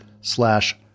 slash